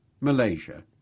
Malaysia